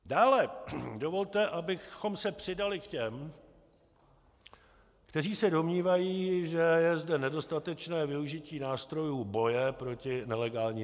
Dále dovolte, abychom se přidali k těm, kteří se domnívají, že je zde nedostatečné využití nástrojů boje proti nelegální nabídce.